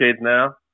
now